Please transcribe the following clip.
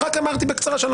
רק אמרתי בקצרה שאני לא מכיר.